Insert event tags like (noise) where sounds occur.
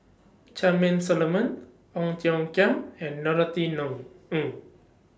Charmaine Solomon Ong Tiong Khiam and Norothy (unintelligible) Ng